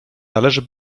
należy